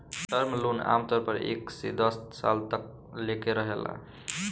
term loan आमतौर पर एक से दस साल तक लेके रहेला